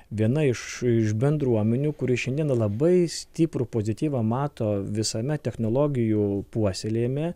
viena iš iš bendruomenių kuri šiandieną labai stiprų pozityvą mato visame technologijų puoselėjime